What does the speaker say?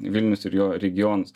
vilnius ir jo regionas